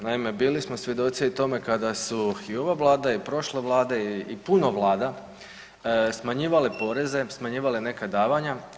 Naime, bili smo svjedoci i tome kada su i ova Vlada i prošla vlada i puno vlada smanjivale poreze, smanjivale neka davanja.